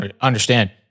understand